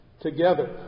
Together